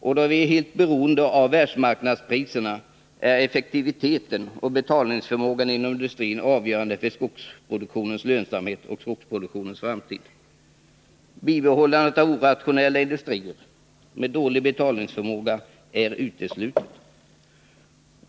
Eftersom vi är helt beroende av världsmarknadspriserna är effektiviteten och betalningsförmågan inom industrin avgörande för skogsproduktionens lönsamhet och framtid. Bibehållandet av orationella industrier med dålig betalningsförmåga är uteslutet.